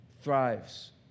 thrives